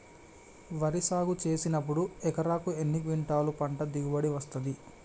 వరి సాగు చేసినప్పుడు ఎకరాకు ఎన్ని క్వింటాలు పంట దిగుబడి వస్తది?